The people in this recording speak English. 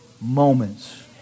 moments